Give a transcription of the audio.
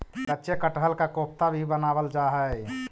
कच्चे कटहल का कोफ्ता भी बनावाल जा हई